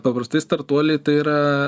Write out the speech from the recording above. paprastai startuoliai tai yra